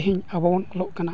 ᱛᱮᱦᱮᱧ ᱟᱵᱚᱵᱚᱱ ᱚᱞᱚᱜ ᱠᱟᱱᱟ